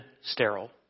sterile